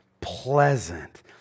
pleasant